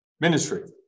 ministry